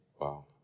Wow